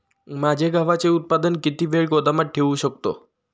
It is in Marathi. माझे गव्हाचे उत्पादन किती वेळ गोदामात ठेवू शकतो?